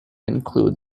include